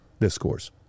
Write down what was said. discourse